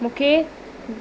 मूंखे